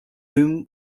whom